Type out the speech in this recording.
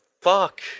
fuck